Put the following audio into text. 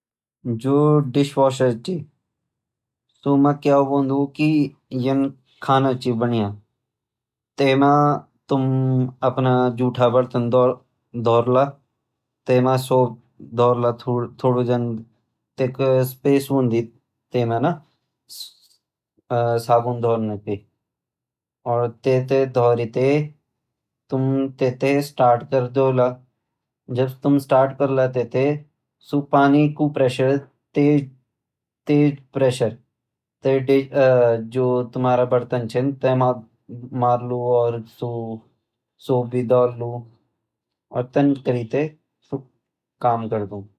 जो डिशवाशर छ सु म क्या होंद कि यन खाना छ बण्या तै म तुम अपना जूठा बर्तन धरला तै म सोप धरला तै म स्पेस होंद थोडा ना साबुन धरना तै और तै थै धरी तैं तुम तै थैं स्टार्ट करला जब तुम स्र्टार्ट करला तै थैं सु पानी कु प्रेसर तेज प्रेसर जु तुम्हारा बर्तन छ तै म मारलु और सु सोप भी धरलु और तन करी तै काम करलु।